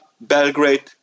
Belgrade